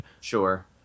Sure